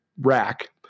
rack